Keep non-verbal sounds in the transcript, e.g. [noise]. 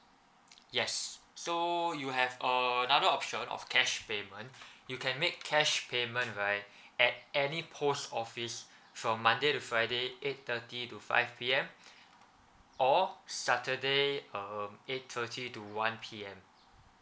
yes so you have uh another option of cash payment [breath] you can make cash payment right [breath] at any post office [breath] from monday to friday eight thirty to five P_M [breath] or saturday um eight thirty to one P_M